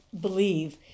believe